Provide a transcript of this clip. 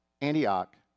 Antioch